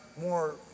more